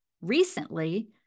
recently